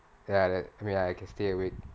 ya like I mean I can stay awake